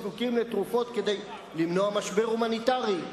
זקוקים לתרופות כדי למנוע משבר הומניטרי,